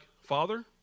Father